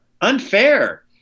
unfair